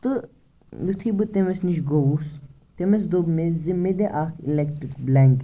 تہٕ یُتھٕے بہٕ تٔمِس نِش گوٚوُس تٔمِس دوٚپ مےٚ زِ مےٚ دِ اَکھ اِلیٚکٹِرٛک بلینٛکیٚٹ